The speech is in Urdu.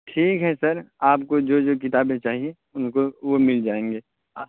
ٹھیک ہے سر آپ کو جو جو کتابیں چاہیے ان کو وہ مل جائیں گے